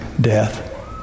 death